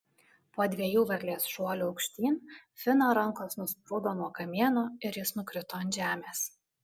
po dviejų varlės šuolių aukštyn fino rankos nusprūdo nuo kamieno ir jis nukrito ant žemės